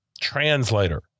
translator